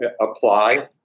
apply